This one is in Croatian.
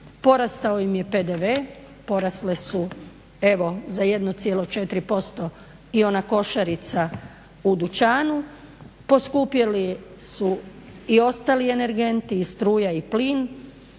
porastao im je PDV, porasle su evo za 1,4% i ona košarica u dućanu, poskupjeli su i ostali energenti i struja i plin